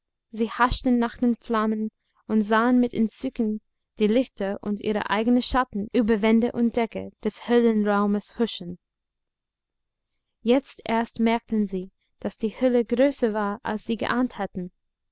sie haschten nach den flammen und sahen mit entzücken die lichter und ihre eigenen schatten über wände und decke des höhlenraumes huschen jetzt erst merkten sie daß die höhle größer war als sie geahnt hatten